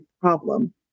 problem